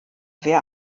wer